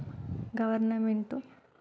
government